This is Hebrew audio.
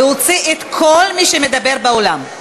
להוציא את כל מי שמדבר באולם,